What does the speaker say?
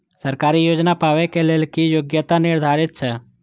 सरकारी योजना पाबे के लेल कि योग्यता निर्धारित छै?